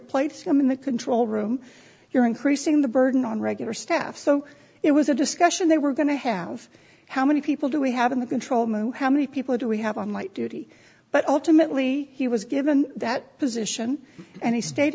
in the control room you're increasing the burden on regular staff so it was a discussion they were going to have how many people do we have in the control move how many people do we have on light duty but ultimately he was given that position and he stayed